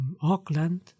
Auckland